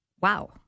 Wow